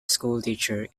schoolteacher